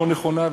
לא נכונה,